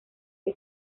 que